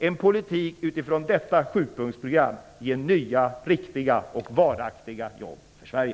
En politik utifrån detta sjupunktsprogram ger nya, riktiga och varaktiga jobb för Sverige.